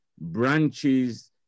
branches